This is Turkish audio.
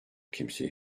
kimseyi